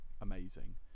amazing